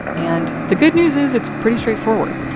and the good news is it's pretty straightforward.